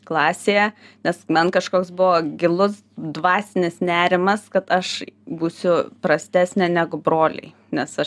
klasėje nes man kažkoks buvo gilus dvasinis nerimas kad aš būsiu prastesnė negu broliai nes aš